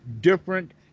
different